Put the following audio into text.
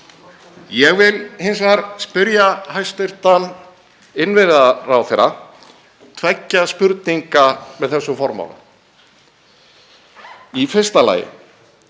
Ég vil hins vegar spyrja hæstv. innviðaráðherra tveggja spurninga með þessum formála. Í fyrsta lagi: